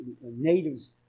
natives